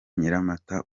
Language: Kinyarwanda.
nyiramataza